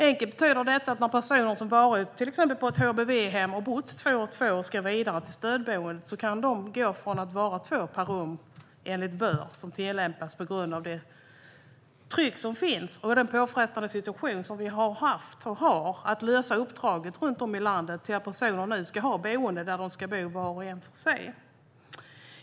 Enkelt betyder det att personer som till exempel har bott på HVB-hem i två år och ska vidare till ett stödboende kan gå från att bo två per rum, enligt det "bör" som tillämpas på grund av det tryck som finns och den påfrestande situation som vi har haft och som vi har när det gäller att lösa uppdraget runt om i landet, till att de nu ska bo var och en för sig.